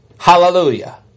Hallelujah